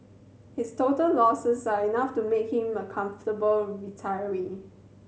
his total losses are enough to make him a comfortable retiree